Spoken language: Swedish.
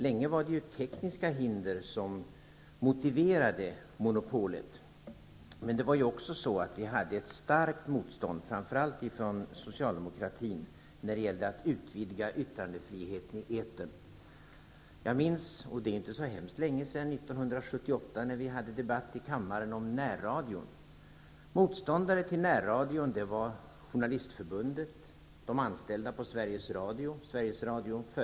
Det var länge tekniska hinder som motiverade monopolet. Det fanns också ett starkt motstånd från framför allt socialdemokratin när det gällde att utvidga yttrandefriheten i etern. Jag minns när vi 1978 hade debatt i kammaren om närradion. Det är inte så hemskt länge sedan.